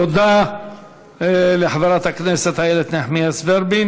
תודה לחברת הכנסת איילת נחמיאס ורבין.